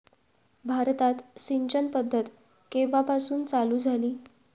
भारतात सिंचन पद्धत केवापासून चालू झाली?